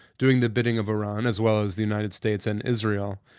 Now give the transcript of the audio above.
doing the bidding of iran as well as the united states and israel.